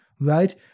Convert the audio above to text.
right